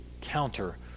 counter